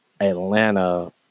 Atlanta